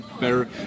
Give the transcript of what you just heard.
better